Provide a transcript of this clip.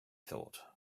thought